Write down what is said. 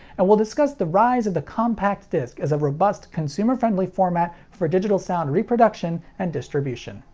and we'll discuss the rise of the compact disc as a robust, consumer-friendly format for digital sound reproduction and distribution.